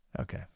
Okay